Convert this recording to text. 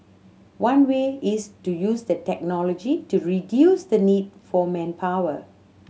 one way is to use the technology to reduce the need for manpower